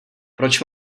proč